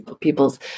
people's